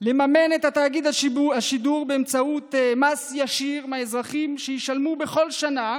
לממן את תאגיד השידור באמצעות מס ישיר מהאזרחים שישלמו בכל שנה